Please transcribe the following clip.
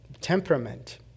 Temperament